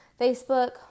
Facebook